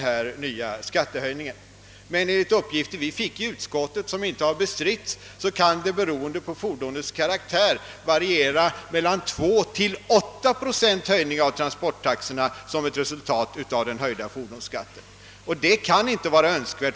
I utskottet fick vi emellertid uppgifter, som inte har bestritts av någon, att resultatet av fordonsbeskattningens höjning blir en höjning av transporttaxorna med mellan 2 och 8 procent, beroende på fordonets karaktär. Det kan inte vara önskvärt.